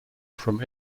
from